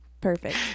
perfect